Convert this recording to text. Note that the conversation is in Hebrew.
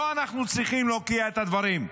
לא אנחנו צריכים להוקיע את הדברים.